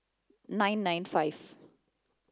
nine nine five